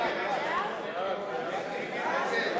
ההסתייגות